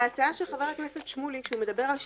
בהצעה של חבר הכנסת שמולי, כשהוא מדבר על שיטתיות,